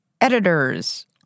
editors